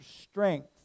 strength